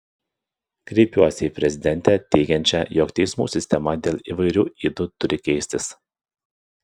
kreipsiuosi į prezidentę teigiančią jog teismų sistema dėl įvairių ydų turi keistis